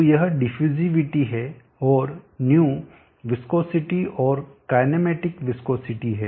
तो यह डिफ्यूजिविटी है और ϑ विस्कोसिटी और काईनैमेटिक विस्कोसिटी है